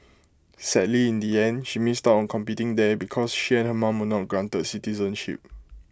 sadly in the end she missed out on competing there because she and her mom were not granted citizenship